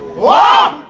wow!